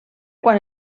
quan